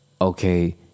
okay